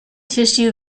tissue